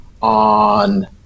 on